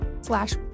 slash